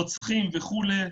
רוצחים וכולי.